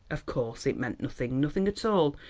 of course it meant nothing, nothing at all.